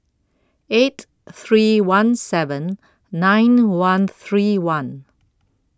eight three one seven nine one three one